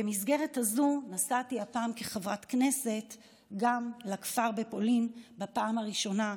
במסגרת הזו נסעתי הפעם כחברת כנסת בפעם הראשונה,